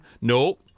No